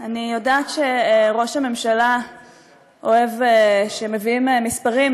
אני יודעת שראש הממשלה אוהב שמביאים מספרים,